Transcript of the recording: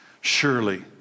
Surely